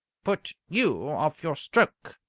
put you off your stroke!